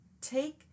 take